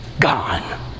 Gone